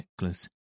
necklace